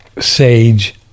sage